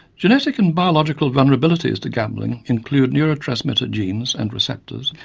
genetic and biological vulnerabilities to gambling include neurotransmitter genes and receptors,